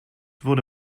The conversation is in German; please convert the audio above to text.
wurde